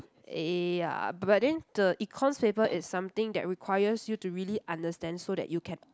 eh ya but then the Econs paper it's something that requires you to really understand so that you can